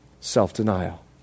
Self-denial